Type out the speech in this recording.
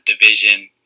division